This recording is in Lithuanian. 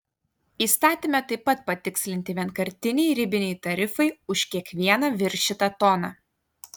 įstatyme taip pat patikslinti vienkartiniai ribiniai tarifai už kiekvieną viršytą toną